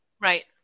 Right